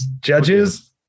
Judges